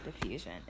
diffusion